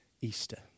Easter